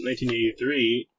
1983